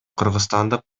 кыргызстандык